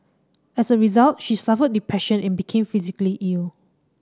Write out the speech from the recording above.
as a result she suffered depression and became physically ill